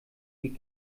die